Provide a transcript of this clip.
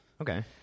okay